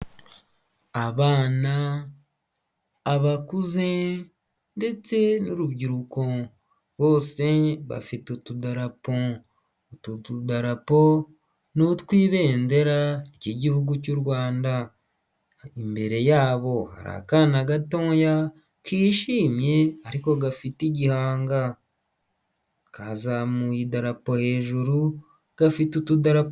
Abana, abakuze, ndetse n'urubyiruko, bose bafite utudarapo, utu tudarapo n'utw'ibendera ry'igihugu cy'u Rwanda, imbere yabo hari akana gato kishimye ariko gafite igihanga, kazamuye idarapo hejuru gafite utudarapo.